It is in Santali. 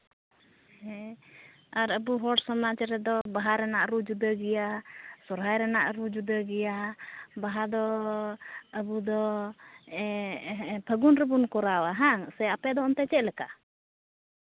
ᱦᱮᱸ ᱟᱨ ᱟᱵᱚ ᱦᱚᱲ ᱥᱚᱢᱟᱡᱽ ᱨᱮᱫᱚ ᱵᱟᱦᱟ ᱨᱮᱱᱟᱜ ᱨᱩ ᱡᱩᱫᱟᱹ ᱜᱮᱭᱟ ᱥᱚᱦᱨᱟᱭ ᱨᱮᱱᱟᱜ ᱨᱩ ᱡᱩᱫᱟᱹ ᱜᱮᱭᱟ ᱵᱟᱦᱟᱫᱚ ᱟᱵᱚ ᱫᱚ ᱯᱷᱟᱹᱜᱩᱱ ᱨᱮᱵᱚᱱ ᱠᱚᱨᱟᱣᱟ ᱦᱮᱸᱵᱟᱝ ᱥᱮ ᱟᱯᱮᱫᱚ ᱚᱱᱛᱮ ᱪᱮᱫ ᱞᱮᱠᱟ